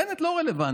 בנט לא רלוונטי.